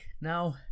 Now